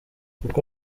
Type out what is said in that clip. kuko